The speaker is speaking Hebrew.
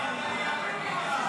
בעד,